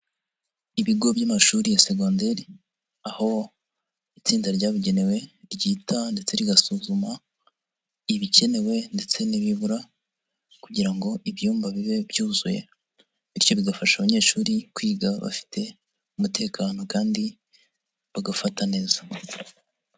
Ibigo by'amashuri ya segonderi aho itsinda ryabugenewe ryita ndetse rigasuzuma ibikenewe ndetse nibibura kugira ngo ibyumba bibe byuzuye bityo bigafasha abanyeshuri kwiga bafite umutekano kandi bagafata neza.